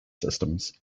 systems